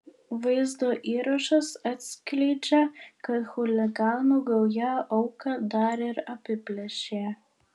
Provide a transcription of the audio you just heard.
vaizdo įrašas atskleidžia kad chuliganų gauja auką dar ir apiplėšė